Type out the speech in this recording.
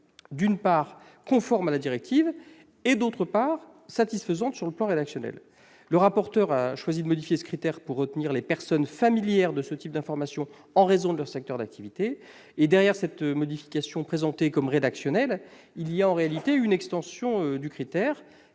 d'une part, conforme à la directive et, d'autre part, satisfaisante sur le plan rédactionnel. M. le rapporteur a choisi de modifier ce critère pour retenir les « personnes familières de ce type d'informations en raison de leur secteur d'activité ». Derrière cette modification, présentée comme rédactionnelle, il y a en réalité une extension du critère